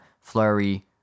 Flurry